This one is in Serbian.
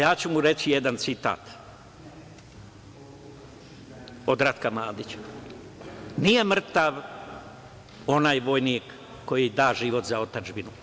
Ja ću mu reći jedan citat od Ratka Mladića: „Nije mrtav onaj vojnik koji da život za otadžbinu.